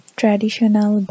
traditional